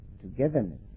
togetherness